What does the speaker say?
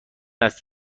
است